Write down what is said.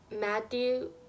Matthew